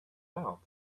out